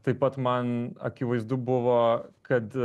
taip pat man akivaizdu buvo kad